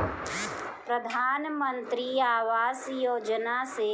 प्रधानमंत्री आवास योजना से